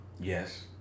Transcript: Yes